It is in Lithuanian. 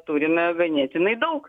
turime ganėtinai daug